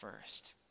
first